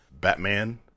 Batman